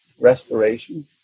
restoration